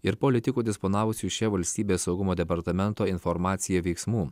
ir politikų disponavusių šia valstybės saugumo departamento informacija veiksmų